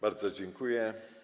Bardzo dziękuję.